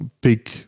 big